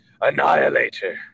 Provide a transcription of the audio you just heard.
annihilator